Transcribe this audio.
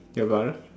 your brother